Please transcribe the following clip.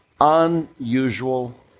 unusual